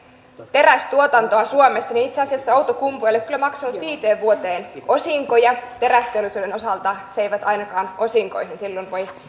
terästuotantoa suomessa niin itse asiassa outokumpu ei ole kyllä maksanut viiteen vuoteen osinkoja terästeollisuuden osalta se ei ainakaan osinkoihin silloin voi